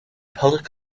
public